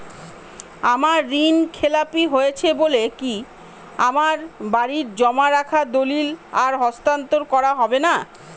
আমার ঋণ খেলাপি হয়েছে বলে কি আমার বাড়ির জমা রাখা দলিল আর হস্তান্তর করা হবে না?